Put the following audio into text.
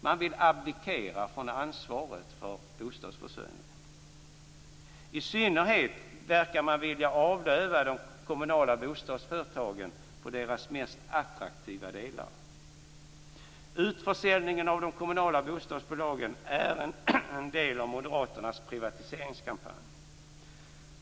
Man vill abdikera från ansvaret för bostadsförsörjningen. I synnerhet verkar man vilja avlöva de kommunala bostadsföretagen på deras mest attraktiva delar. Utförsäljningen av de kommunala bostadsbolagen är en del av moderaternas privatiseringskampanj.